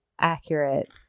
accurate